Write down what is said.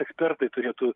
ekspertai turėtų